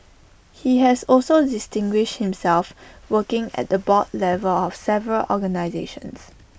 he has also distinguished himself working at the board level of several organisations